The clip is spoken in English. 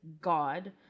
god